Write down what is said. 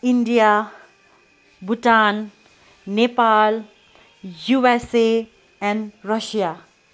India Bhutan Nepal USA and Russia